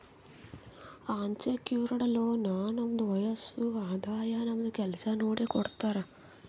unsecured loan ನಮ್ದು ವಯಸ್ಸ್, ಆದಾಯ, ನಮ್ದು ಕೆಲ್ಸಾ ನೋಡಿ ಕೊಡ್ತಾರ್